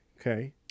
Okay